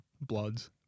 Bloods